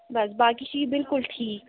بَس باقٕے چھُ یہِ بلکُل ٹھیٖک